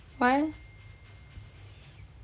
why leh